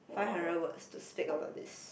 five hundred words to speak about this